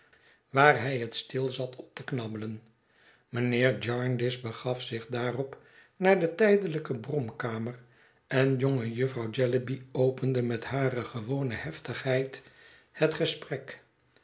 waar hij het stil zat op te knabbelen mijnheer jarndyce begaf zich daarop naar de tijdelijke bromkamer en jonge jufvrouw jellyby opende met hare gewone heftigheid het gesprek